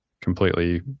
completely